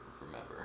remember